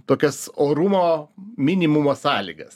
tokias orumo minimumo sąlygas